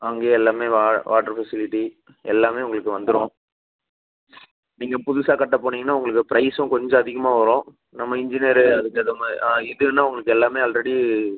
அங்கேயே எல்லாமே வா வாட்டர் ஃபெசிலிட்டி எல்லாமே உங்களுக்கு வந்துடும் நீங்கள் புதுசாக கட்ட போனீங்கன்னால் உங்களுக்கு ப்ரைஸும் கொஞ்சம் அதிகமாக வரும் நம்ம இன்ஜினியரு அதுக்கு ஏற்ற மாதிரி ஆ இதுன்னால் உங்களுக்கு எல்லாமே ஆல்ரெடி